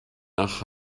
nach